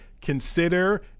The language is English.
consider